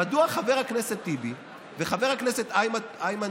מדוע חבר הכנסת טיבי וחבר הכנסת איימן